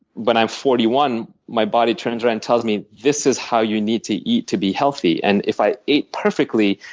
when i'm forty one, my body turns around and tells me this is how you need to eat to be healthy. and if i ate perfectly,